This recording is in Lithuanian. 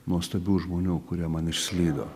nuostabių žmonių kurie man išslydo